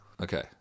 Okay